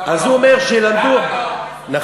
אז הוא אומר שילמדו, למה